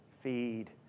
feed